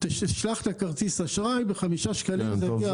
שלח את כרטיס האשראי וחמישה שקלים.